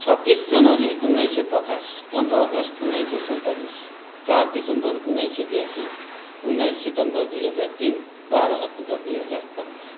छब्बिस जनवरी उन्नाइसय पचास पन्ध्र अगस्ट उन्नाइस सय सैँतालिस चार दिसम्बर उन्नाइस सय ब्यासी उन्नाइस सितम्बर दुई हजार तिन बाह्र अक्टोबर दुई हजार पाँच